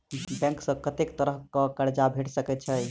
Bank सऽ कत्तेक तरह कऽ कर्जा भेट सकय छई?